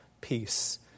peace